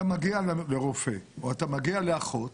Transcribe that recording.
אתה מגיע לרופא או אתה מגיע לאחות